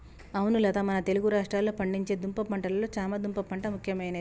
అవును లత మన తెలుగు రాష్ట్రాల్లో పండించే దుంప పంటలలో చామ దుంప పంట ముఖ్యమైనది